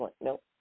Nope